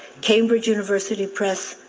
cambridge university press,